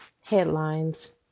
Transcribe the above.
headlines